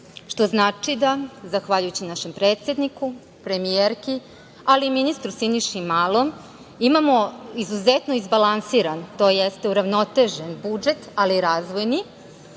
što znači da, zahvaljujući našem predsedniku, premijerki, ali i ministru Siniši Malom, imamo izuzetno izbalansiran, tj. uravnotežen budžet ali razvojni,